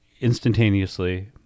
instantaneously